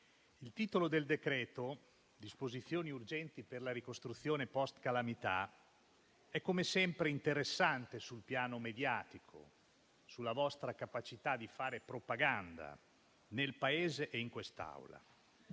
fa riferimento a disposizioni urgenti per la ricostruzione post-calamità, è, come sempre, interessante sul piano mediatico, per la vostra capacità di fare propaganda nel Paese e in quest'Aula,